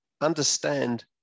Understand